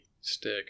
stick